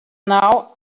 now